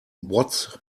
what’s